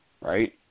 right